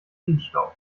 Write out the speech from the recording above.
feenstaub